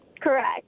Correct